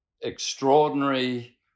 extraordinary